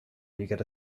get